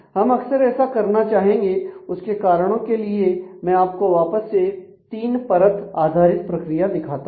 हम अक्सर ऐसा करना चाहेंगे उसके कारणों के लिए मैं आपको वापस से तीन परत आधारित प्रक्रिया दिखाता हूं